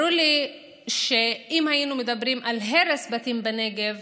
ברור לי שאם היינו מדברים על הרס בתים בנגב